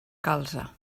calze